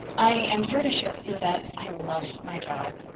i'm here to share with you that i love my job,